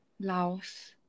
Laos